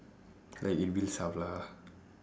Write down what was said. like it builds up lah